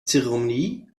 zeremonie